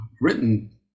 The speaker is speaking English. written